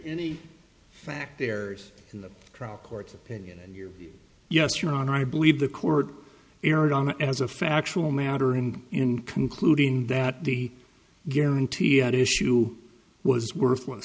any fact there is in the trial court's opinion and your yes your honor i believe the court erred on as a factual matter and in concluding that the guarantee at issue was worthless